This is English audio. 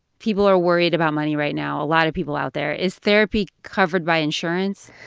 people are worried about money right now a lot of people out there. is therapy covered by insurance?